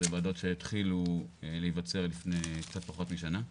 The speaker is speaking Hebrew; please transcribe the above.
אלה ועדות שהתחילו להיווצר לפני קצת פחות משנה.